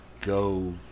go